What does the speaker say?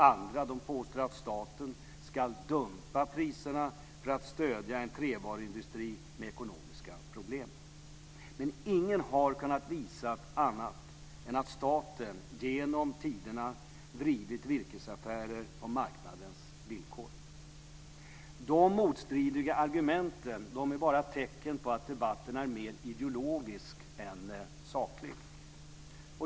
Andra påstår att staten ska dumpa priserna för att stödja en trävaruindustri med ekonomiska problem. Ingen har kunnat visa annat än att staten genom tiderna drivit virkesaffärer på marknadens villkor. De motstridiga argumenten är bara tecken på att debatten är mer ideologisk än saklig.